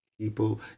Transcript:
people